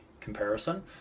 comparison